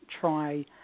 try